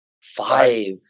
Five